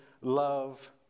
love